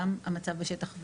גם המצב בשטח,